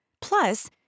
Plus